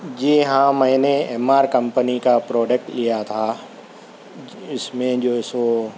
جی ہاں میں نے ایم آر کمپنی کا پروڈکٹ لیا تھا جس میں جو سو